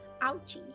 Ouchie